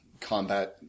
combat